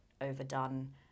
overdone